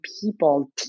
people